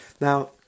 Now